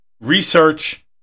research